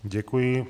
Děkuji.